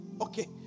Okay